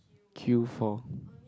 queue for